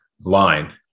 line